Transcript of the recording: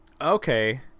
okay